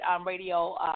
Radio